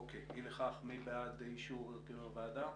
אי לכך, מי בעד אישור הרכב הוועדה?